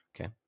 Okay